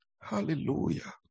Hallelujah